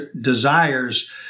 desires